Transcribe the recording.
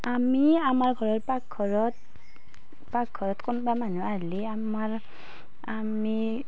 আমি আমাৰ ঘৰত পাকঘৰত পাকঘৰত কোনোবা মানুহ আহলি আমাৰ আমি